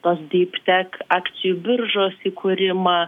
tos dyptek akcijų biržos įkūrimą